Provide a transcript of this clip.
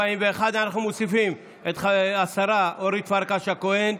41. אנחנו מוסיפים את השרה אורית פרקש הכהן,